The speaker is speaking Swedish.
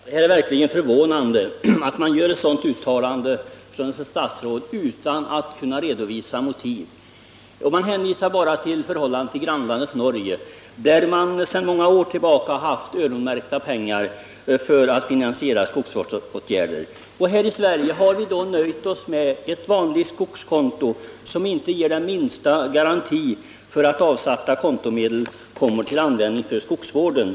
Herr talman! Det är verkligen förvånande att ett statsråd gör ett sådant uttalande utan att kunna redovisa motiven. Låt mig bara hänvisa till förhållandena i grannlandet Norge, där man sedan många år tillbaka har avsatt pengar för finansiering av skogsvårdsåtgärder. I Sverige har vi nöjt oss med ett vanligt skogskonto, som inte ger den minsta garanti för att de avsatta kontomedlen kommer till användning för skogsvården.